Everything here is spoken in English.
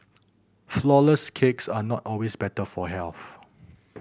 flourless cakes are not always better for health